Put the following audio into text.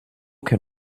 can